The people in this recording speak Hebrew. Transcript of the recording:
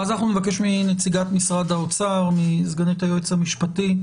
אז נבקש מנציגת משרד האוצר, מסגנית היועץ המשפטי,